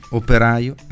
operaio